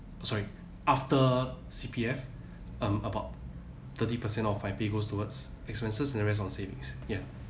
sorry after C_P_F um about thirty percent of my pay goes towards expenses and the rest on savings ya